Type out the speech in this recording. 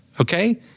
Okay